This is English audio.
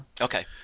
Okay